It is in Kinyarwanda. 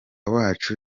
wacu